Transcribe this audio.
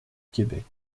québec